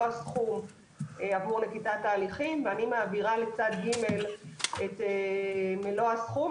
הסכום עבור נקיטת ההליכים ואני מעבירה לצד ג' את מלוא הסכום,